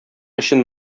өчен